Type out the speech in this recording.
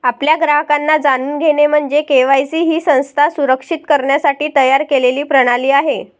आपल्या ग्राहकांना जाणून घेणे म्हणजे के.वाय.सी ही संस्था सुरक्षित करण्यासाठी तयार केलेली प्रणाली आहे